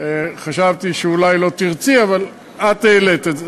אתמול חשבתי שאת לא תרצי, אבל את העלית את זה.